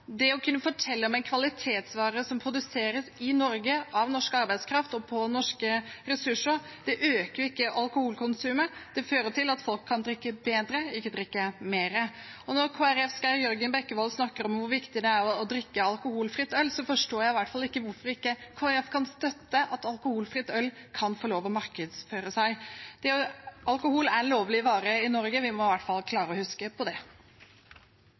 fortelle om en kvalitetsvare som produseres i Norge, med norsk arbeidskraft og med norske ressurser. Det øker jo ikke alkoholkonsumet – det fører til at folk kan drikke bedre, ikke drikke mer. Når Kristelig Folkepartis Geir Jørgen Bekkevold snakker om hvor viktig det er å drikke alkoholfritt øl, forstår jeg i hvert fall ikke hvorfor ikke Kristelig Folkeparti kan støtte at alkoholfritt øl kan markedsføres. Alkohol er en lovlig vare i Norge, vi må i hvert fall klare å huske på det.